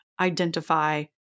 identify